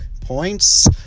points